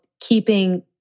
keeping